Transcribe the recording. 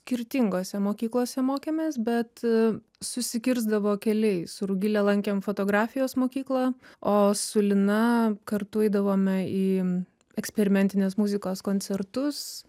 skirtingose mokyklose mokėmės bet susikirsdavo keliai su rugile lankėm fotografijos mokyklą o su lina kartu eidavome į eksperimentinės muzikos koncertus